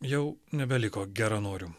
jau nebeliko geranorių